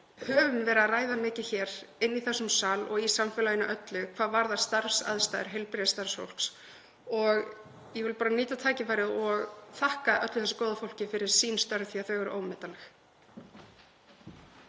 höfum verið að ræða mikið hér í þessum sal og í samfélaginu öllu um starfsaðstæður heilbrigðisstarfsfólks. Ég vil bara nýta tækifærið og þakka öllu því góða fólki fyrir sín störf því að þau eru ómetanleg.